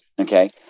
okay